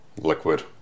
liquid